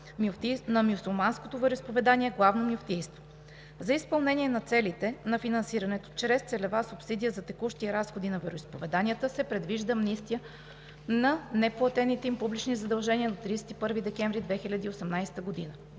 на Мюсюлманското вероизповедание – Главно мюфтийство; - за изпълнение на целите на финансирането чрез целева субсидия за текущи разходи на вероизповеданията се предвижда амнистия на неплатените им публични задължения до 31 декември 2018 г.